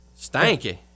Stanky